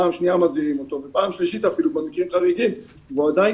פעם שנייה מזהירים אותו ואפילו פעם שלישית במקרים חריגים והוא עדיין